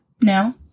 No